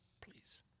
Please